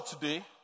today